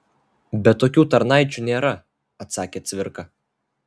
bet tokių tarnaičių nėra atsakė cvirka